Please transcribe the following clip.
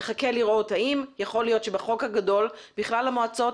נחכה לראות האם יכול להיות שבחוק הגדול בכלל המועצות